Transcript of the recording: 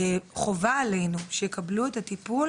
חובה עלינו שיקבלו את הטיפול